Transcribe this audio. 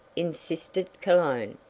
insisted cologne.